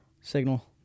Signal